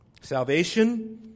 salvation